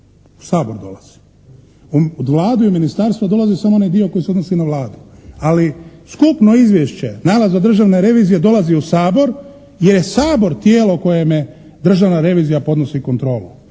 u Sabor. U Vladu i ministarstvo dolazi samo onaj dio koji se odnosi na Vladu, ali skupno izvješće, nalaz od Državne revizije dolazi u Sabor jer je Sabor tijelo kojem Državna revizija podnosi kontrolu.